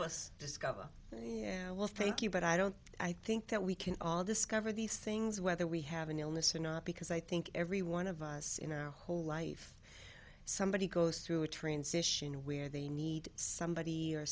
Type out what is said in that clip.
help us discover yeah well thank you but i don't i think that we can all discover these things whether we have an illness or not because i think every one of us in our whole life somebody goes through a transition where they need somebody or